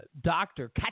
doctor